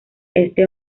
este